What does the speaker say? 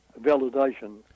validation